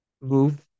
move